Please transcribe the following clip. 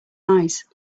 eyes